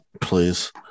Please